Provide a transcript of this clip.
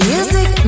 Music